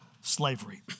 slavery